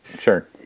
Sure